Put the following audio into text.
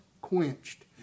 quenched